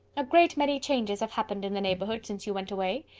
a great many changes have happened in the neighbourhood, since you went away.